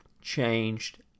changed